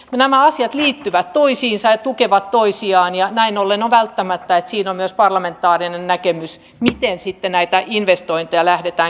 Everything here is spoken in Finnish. nämä asiat liittyvät toisiinsa ja tukevat toisiaan ja näin ollen on välttämätöntä että siinä on myös parlamentaarinen näkemys miten näitä investointeja lähdetään kehittämään